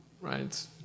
right